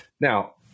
now